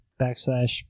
backslash